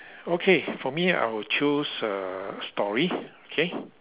okay for me I would choose uh story okay